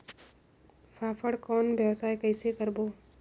फाफण कौन व्यवसाय कइसे करबो?